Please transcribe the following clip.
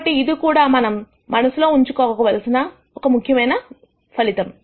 కాబట్టి ఇది కూడా మనం మనసులో ఉంచుకోవలసిన ఒక ముఖ్యమైన ఫలితం